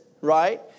right